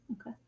okay